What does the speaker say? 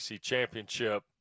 championship